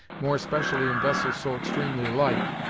more especially in vessels so extremely light,